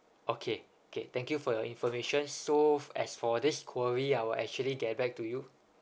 okay okay thank you for your information so as for this query I will actually get back to you